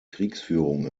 kriegsführung